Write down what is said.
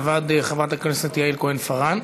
מלבד חברת הכנסת יעל כהן-פארן.